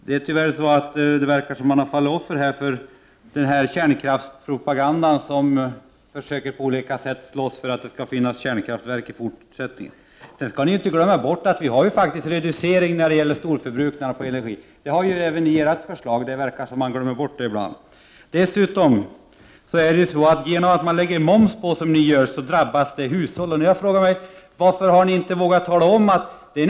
Det verkar tyvärr som om man har fallit offer för kärnkraftspropagandan, som på olika sätt försöker slåss för att det skall finnas kärnkraftverk i fortsättningen. Ni skall inte glömma bort att vi faktiskt har en reducering när det gäller storförbrukarna på energi. Det har ni även i ert förslag, men det verkar som om man glömmer bort det ibland. Genom att man lägger på moms, som ni gör, drabbas hushållen.